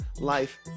life